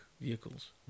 vehicles